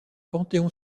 panthéon